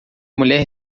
mulher